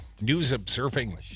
news-observing